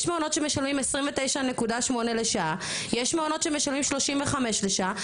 יש מעונות שמשלמים 29.8 לשעה יש מעונות שמשלמים 35 לשעה,